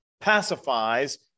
pacifies